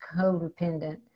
codependent